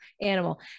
animal